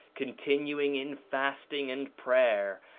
continuing in fasting and prayer,